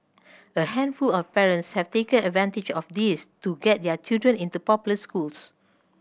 a handful of parents have taken advantage of this to get their children into popular schools